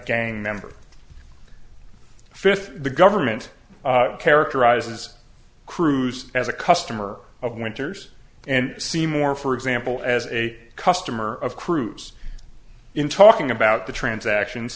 gang member fifth the government characterizes cruise as a customer of winters and seymour for example as a customer of cruise in talking about the transactions